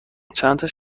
چندتا